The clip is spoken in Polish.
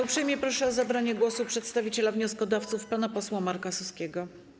Uprzejmie proszę o zabranie głosu przedstawiciela wnioskodawców pana posła Marka Suskiego.